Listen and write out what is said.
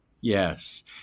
Yes